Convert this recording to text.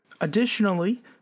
Additionally